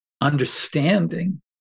understanding